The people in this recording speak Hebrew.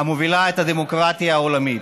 המובילה את הדמוקרטיה העולמית.